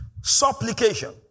supplication